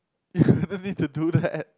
you don't even need to do that